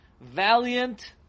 valiant